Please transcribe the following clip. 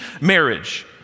marriage